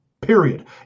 Period